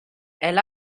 elle